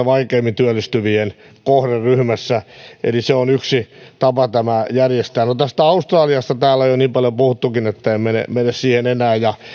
vaikeimmin työllistyvien kohderyhmässä eli se on yksi tapa tämä järjestää no australiasta täällä on jo niin paljon puhuttukin että en mene siihen enää